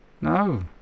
no